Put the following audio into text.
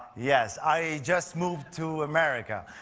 yes, i just moved to america.